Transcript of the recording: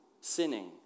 sinning